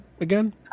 again